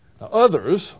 Others